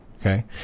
Okay